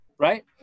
Right